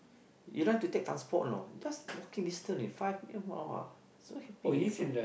you don't have to take transport you know just walking distance eh five minute !wah! so happy